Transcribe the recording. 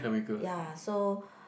ya so